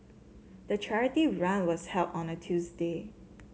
the charity run was held on a Tuesday